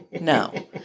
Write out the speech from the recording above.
No